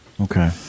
Okay